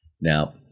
Now